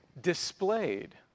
displayed